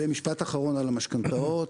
ומשפט אחרון על המשכנתאות,